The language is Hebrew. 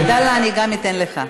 עבדאללה, אני אתן גם לך.